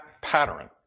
pattern